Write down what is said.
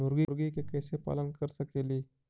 मुर्गि के कैसे पालन कर सकेली?